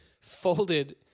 folded